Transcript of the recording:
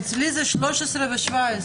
אצלי זה 13 ו-17.